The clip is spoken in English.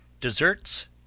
Desserts